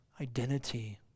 identity